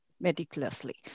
meticulously